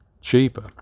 cheaper